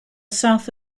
south